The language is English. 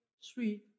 sweet